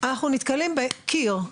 אנחנו נתקלים בקיר,